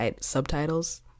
subtitles